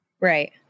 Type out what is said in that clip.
Right